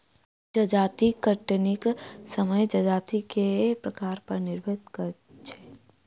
जजाति कटनीक समय जजाति के प्रकार पर निर्भर करैत छै